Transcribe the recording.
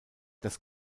das